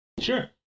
Sure